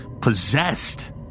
possessed